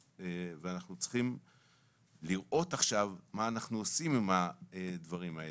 ואנחנו צריכים לראות עכשיו מה אנחנו עושים עם הדברים האלה.